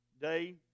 Day